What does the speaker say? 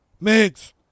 Mix